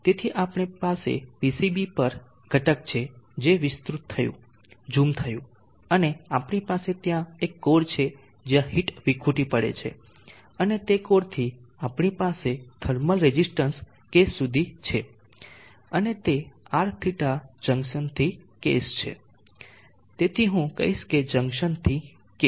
તેથી આપણી પાસે PCB પર ઘટક છે જે વિસ્તૃત થયું ઝૂમ થયું અને આપણી પાસે ત્યાં એક કોર છે જ્યાં હીટ વિખૂટી પડે છે અને તે કોરથી આપણી પાસે થર્મલ રેઝીસ્ટન્સ કેસ સુધી છે અને તે Rθ જંકશન થી કેસ છે તેથી હું કહીશ જંકશન થી કેસ